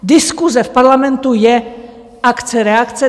Diskuse v parlamentu je akce reakce.